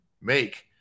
make